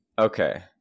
Okay